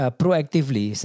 proactively